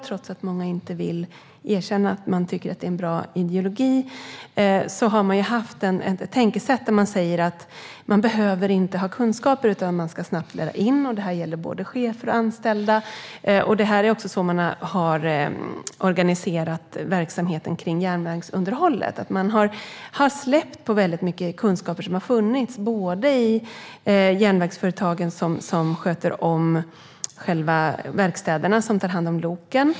Trots att många inte vill erkänna att de tycker att ideologin är bra har det funnits ett tänkesätt som går ut på att man inte behöver ha kunskaper utan att man snabbt ska lära sig. Det gäller både chefer och anställda. Det är också så verksamheten runt järnvägsunderhållet har organiserats. Man har släppt kunskaper som har funnits hos bland annat järnvägsföretagen som sköter om verkstäderna och tar hand om loken.